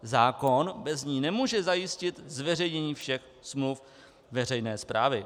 Zákon bez ní nemůže zajistit zveřejnění všech smluv veřejné správy.